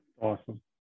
Awesome